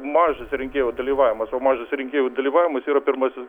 mažas rinkėjų dalyvavimas o mažas rinkėjų dalyvavimas yra pirmasis